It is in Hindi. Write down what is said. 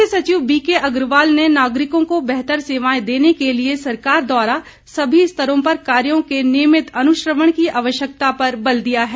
मुख्य सचिव बीके अग्रवाल ने नागरिकों को बेहतर सेवायें देने के लिए सरकार द्वारा सभी स्तरों पर कार्यों के नियमित अनुश्रवण की आवश्यकता पर बल दिया है